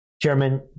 Chairman